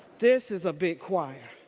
this is a big choir.